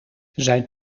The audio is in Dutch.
zijn